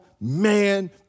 man